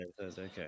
Okay